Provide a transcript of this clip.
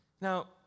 Now